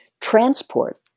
transport